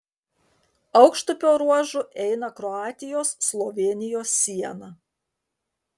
aukštupio ruožu eina kroatijos slovėnijos siena